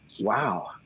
Wow